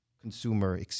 consumer